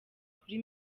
kuri